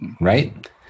right